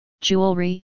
jewelry